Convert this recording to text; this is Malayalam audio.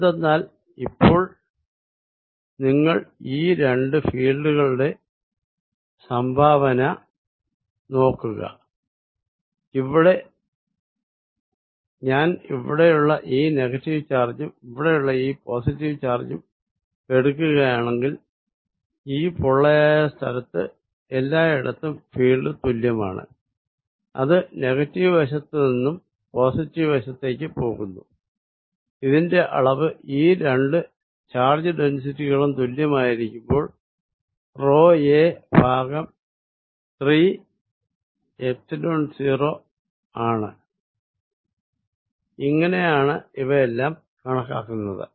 എന്തെന്നാൽ ഇപ്പോൾ നിങ്ങൾ ഈ രണ്ടു ഫീൽഡ് കളുടെ സംഭാവന നോക്കുക ഞാൻ ഇവിടെയുള്ള ഈ നെഗറ്റീവ് ചാര്ജും ഇവിടെയുള്ള ഈ പോസിറ്റീവ് ചാര്ജും എടുക്കുകയാണെങ്കിൽ ഈ പൊള്ളയായ സ്ഥലത്തു എല്ലായിടത്തും ഫീൽഡ് തുല്യമാണ് ഇത് നെഗറ്റീവ് വശത്തു നിന്നും പോസിറ്റീവ് വശത്തേക്ക് പോകുന്നു ഇതിന്റെ അളവ് ഈ രണ്ടു ചാർജ് ഡെന്സിറ്റി കളും തുല്യമായിരിക്കുമ്പോൾ റോ എ ഭാഗം 3 എപ്സിലോൺ 0 ആണ് ഇങ്ങിനെയാണ് ഇവയെല്ലാം കണക്കാക്കുന്നത്